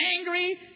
angry